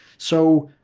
so,